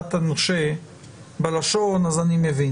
הפחדת הנושה בלשון, אני מבין.